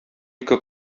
ике